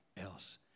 else